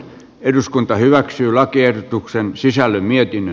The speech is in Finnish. eduskunta hyväksyy lakiehdotukseen sisälly mietin